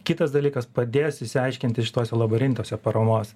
kitas dalykas padės išsiaiškinti šituose labirintuose paramos